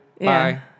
Bye